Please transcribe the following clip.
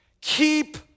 Keep